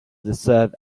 deserve